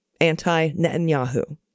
anti-Netanyahu